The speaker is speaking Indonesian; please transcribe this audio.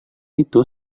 itu